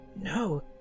no